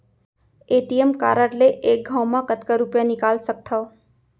ATM card ले एक घव म कतका रुपिया निकाल सकथव?